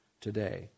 today